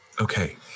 Okay